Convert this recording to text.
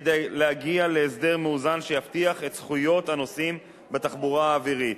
כדי להגיע להסדר מאוזן שיבטיח את זכויות הנוסעים בתחבורה האווירית